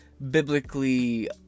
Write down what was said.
Biblically